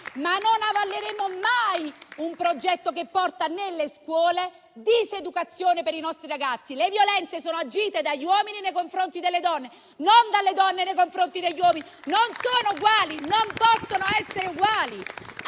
ma non avalleremo mai un progetto che porta nelle scuole diseducazione per i nostri ragazzi. Le violenze sono agite dagli uomini nei confronti delle donne, non dalle donne nei confronti degli uomini: non sono uguali, non possono essere uguali.